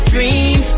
Dream